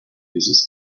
uses